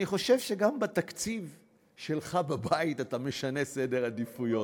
אני חושב שגם בתקציב שלך בבית אתה משנה סדר עדיפויות.